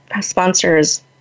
sponsors